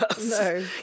No